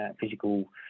physical